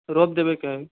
रोप देबे के है